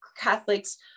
Catholics